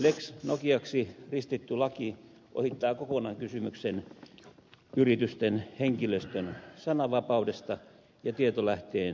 lex nokiaksi ristitty laki ohittaa kokonaan kysymyksen yritysten henkilöstön sananvapaudesta ja tietolähteen suojasta